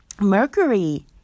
Mercury